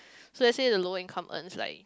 so let's say the lower income earns like